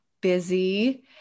busy